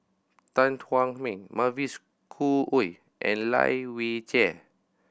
Tan Thuan Heng Mavis Khoo Oei and Lai Weijie